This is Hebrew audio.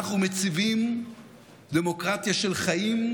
אנחנו מציבים דמוקרטיה של חיים,